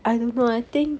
I don't know I think